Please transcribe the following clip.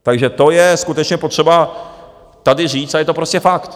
Takže to je skutečně potřeba tady říct a je to prostě fakt.